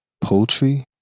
poultry